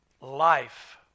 life